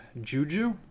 Juju